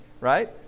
Right